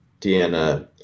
deanna